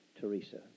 Teresa